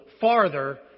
farther